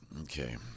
Okay